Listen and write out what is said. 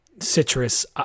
citrus